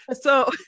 So-